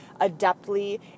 adeptly